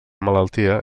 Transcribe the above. malaltia